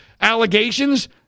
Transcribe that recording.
allegations